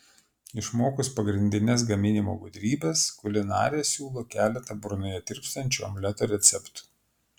išmokus pagrindines gaminimo gudrybes kulinarė siūlo keletą burnoje tirpstančio omleto receptų